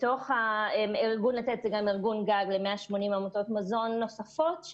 ארגון "לתת" הוא ארגון-גג ל-180 עמותות מזון נוספות,